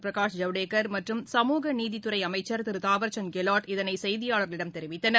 பிரகாஷ் ஜவ்டேன் மற்றம் சமூக நீதித்துறை அமைச்சா் திரு தாவர்சந்த் கெலாட் இதனை செய்தியாளர்களிடம் தெரிவித்தனர்